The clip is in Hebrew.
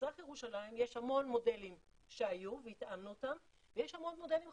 במזרח ירושלים יש המון מודלים שהיו והתאמנו אותם ויש המון מודלים חדשים.